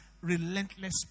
relentless